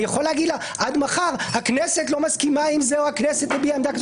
אני יכול להגיד לה עד מחר שהכנסת לא מסכימה עם זה או הכנסת הביעה עמדה.